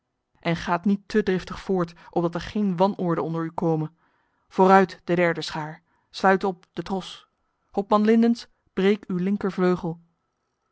en gaat niet te driftig voort opdat er geen wanorde onder u kome vooruit de derde schaar sluit op de tros hopman lindens breek uw